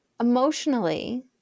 emotionally